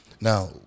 Now